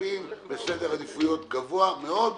מצפים לסדר עדיפויות גבוה מאוד,